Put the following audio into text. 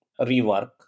rework